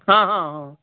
हँ हँ